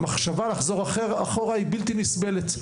המחשבה על לחזור אחורה היא בלתי נסבלת.